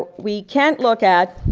we can look at